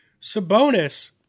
Sabonis